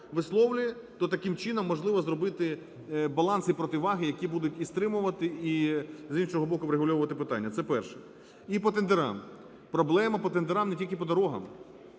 то таким чином можливо зробити баланс і противаги, які будуть і стримувати, і, з іншого, боку врегульовувати питання. Це перше. І по тендерам. Проблема по тендерам не тільки по дорогам.